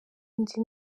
undi